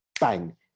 bang